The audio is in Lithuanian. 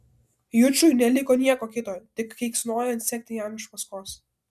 jučui neliko nieko kito tik keiksnojant sekti jam iš paskos